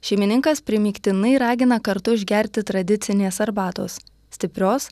šeimininkas primygtinai ragina kartu išgerti tradicinės arbatos stiprios